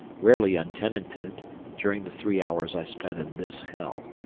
rarely untenanted during the three hours i spent in this hell.